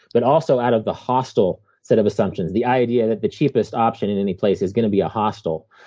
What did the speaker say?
but also out of the hostel set of assumptions the idea that the cheapest option in any place is going to be a hostel,